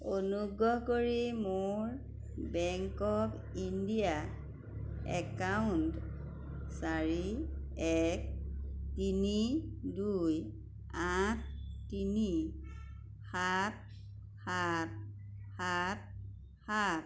অনুগ্ৰহ কৰি মোৰ বেংক অৱ ইণ্ডিয়া একাউণ্ট চাৰি এক তিনি দুই আঠ তিনি সাত সাত সাত সাত